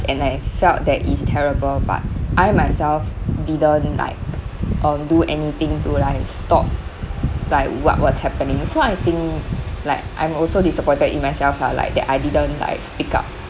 and I've felt that it's terrible but I myself didn't like um do anything to like stop like what what's happening so I think like I'm also disappointed in myself lah like that I didn't like speak up